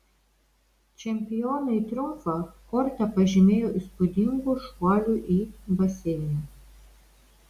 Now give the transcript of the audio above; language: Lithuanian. čempionai triumfą korte pažymėjo įspūdingu šuoliu į baseiną